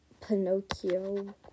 Pinocchio